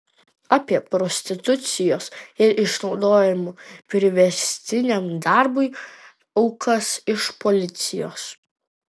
apie prostitucijos ir išnaudojimo priverstiniam darbui aukas iš policijos